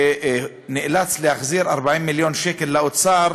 שנאלץ להחזיר 40 מיליון שקל לאוצר,